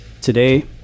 Today